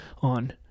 on